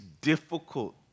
difficult